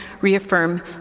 reaffirm